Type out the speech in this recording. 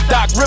Doc